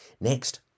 Next